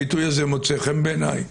הביטוי הזה מוצא חן בעיניי,